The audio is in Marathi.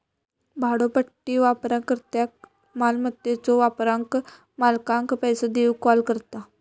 भाड्योपट्टी वापरकर्त्याक मालमत्याच्यो वापराक मालकाक पैसो देऊक कॉल करता